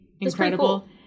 incredible